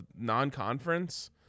non-conference